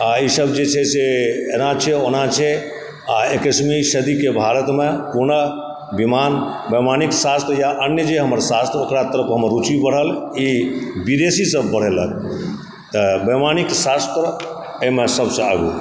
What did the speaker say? आ ई सब जे छै से एना छै ओना छै आ एकैसवी सदीके भारतमे पुनः विमान वैमानिक शास्त्र या अन्य जे हमर शास्त्र ओकर तरफ हमर रुचि बढ़ल ई विदेशी सब बढ़ेलक तऽ वैमानिक शास्त्र एहिमे सबसँ आगू